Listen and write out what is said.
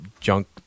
junk